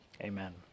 Amen